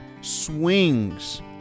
swings